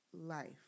life